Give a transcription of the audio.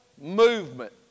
movement